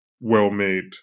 well-made